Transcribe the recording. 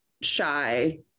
shy